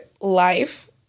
Life